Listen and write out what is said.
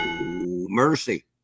Mercy